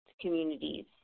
communities